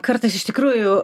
kartais iš tikrųjų